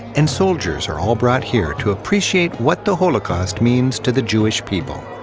and soldiers are all brought here to appreciate what the holocaust means to the jewish people.